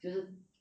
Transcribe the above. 就是